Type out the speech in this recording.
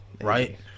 Right